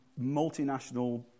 multinational